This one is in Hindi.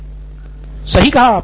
प्रोफेसर सही है